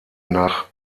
nach